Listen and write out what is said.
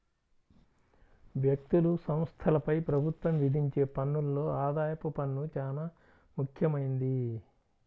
వ్యక్తులు, సంస్థలపై ప్రభుత్వం విధించే పన్నుల్లో ఆదాయపు పన్ను చానా ముఖ్యమైంది